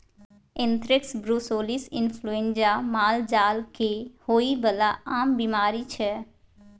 anthrax, brucellosis influenza मालजाल केँ होइ बला आम बीमारी छै